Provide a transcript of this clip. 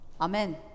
Amen